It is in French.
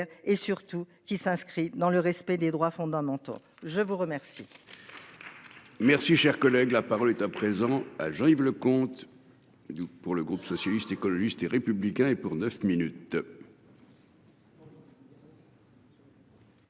et surtout qui s'inscrit dans le respect des droits fondamentaux. Je vous remercie. Merci, cher collègue, la parole est à présent. Jean-Yves Leconte. Pour le groupe socialiste, écologiste et républicain, et pour 9 minutes.